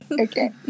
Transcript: Okay